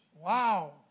Wow